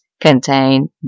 contain